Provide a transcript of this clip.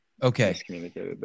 okay